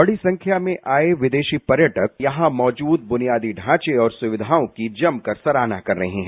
बड़ी संख्या में आए विदेशी पर्यटक यहां मौजूद बुनियादी ढांचे और सुविधाओं की जमकर सराहना कर रहे हैं